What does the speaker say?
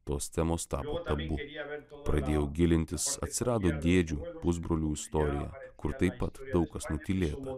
tos temos tapo tabu pradėjau gilintis atsirado dėdžių pusbrolių istorija kur taip pat daug kas nutylėta